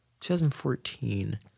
2014